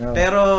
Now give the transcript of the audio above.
pero